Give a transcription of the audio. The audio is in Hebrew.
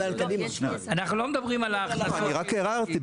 אני רק הערתי,